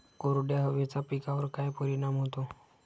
कोरड्या हवेचा पिकावर काय परिणाम होतो?